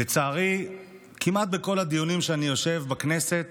לצערי כמעט בכל הדיונים שבהם אני יושב בכנסת